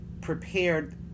prepared